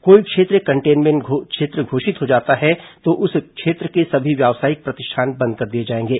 कोई क्षेत्र containment zone घोषित हो जाता है तो उस क्षेत्र के सभी व्यावसायिक प्रतिष्ठान बंद कर दिए जाएंगे